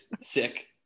sick